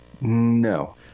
No